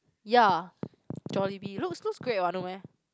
ya Jollibee looks looks great what no meh